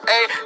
Ayy